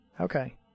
Okay